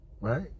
right